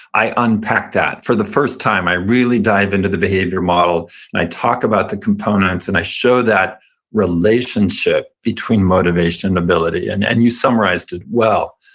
i unpack that. for the first time, i really dive into the behavior model and i talk about the components, and i show that relationship between motivation and ability. and and you summarized it well.